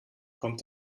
kommt